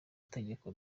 tegeko